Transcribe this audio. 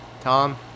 Tom